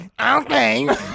Okay